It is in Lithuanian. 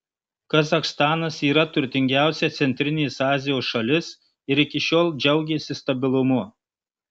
kazachstanas yra turtingiausia centrinės azijos šalis ir iki šiol džiaugėsi stabilumu